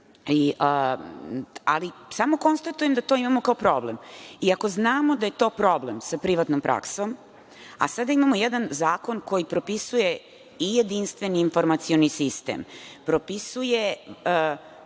ali samo konstatujem da to imamo kao problem. Ako znamo da je to problem sa privatnom praksom, a sada imamo jedan zakon koji propisuje i jedinstveni informacioni sistem, propisuje